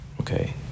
okay